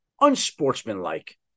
unsportsmanlike